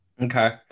Okay